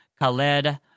Khaled